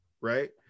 Right